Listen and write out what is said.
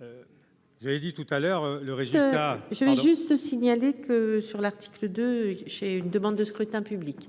Je l'ai dit tout à l'heure, le résultat. Je vais juste signaler. Que sur l'article de chez une demande de scrutin public